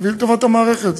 והיא לטובת המערכת.